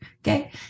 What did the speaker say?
Okay